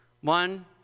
One